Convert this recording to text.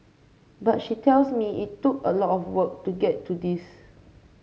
but she tells me it took a lot of work to get to this